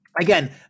again